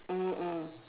mm mm